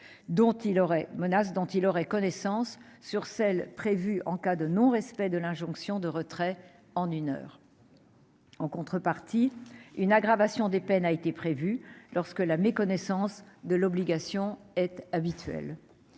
dont il aurait connaissance sur celles qui sont prévues en cas de non-respect de l'injonction de retrait en une heure. En contrepartie, une aggravation des peines a été prévue lorsque la méconnaissance de l'obligation est habituelle.